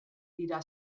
dira